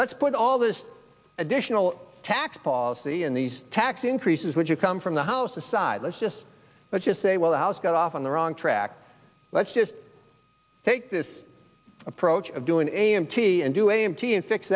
let's put all this additional tax policy in these tax increases would you come from the house aside let's just let's just say well the house got off on the wrong track let's just take this approach of doing a m t and do a m t and fix